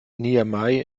niamey